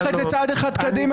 חברת הכנסת אורנה ברביבאי,